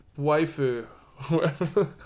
waifu